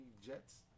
jets